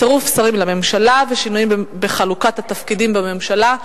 צירוף שרים לממשלה ושינויים בחלוקת התפקידים בממשלה.